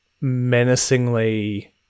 menacingly